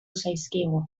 zaizkigu